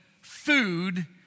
food